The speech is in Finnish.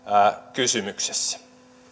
kysymyksessä